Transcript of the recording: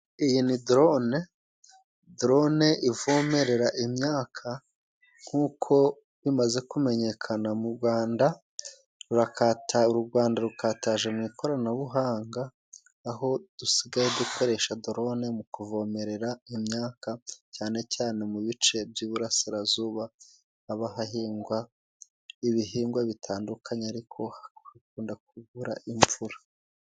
Iyi ni dorone, dorone ivomerera imyaka, nk'uko bimaze kumenyekana mu Rwanda,u Rwanda rukataje mu ikoranabuhanga, aho dusigaye dukoresha dorone mu kuvomerera imyaka, cyane cyane mu bice by'iburasirazuba, haba hahingwa ibihingwa bitandukanye ariko hakunda kubura imvura.